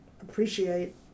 appreciate